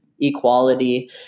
equality